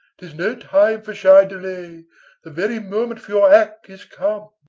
tis no time for shy delay the very moment for your act is come.